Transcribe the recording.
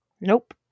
Nope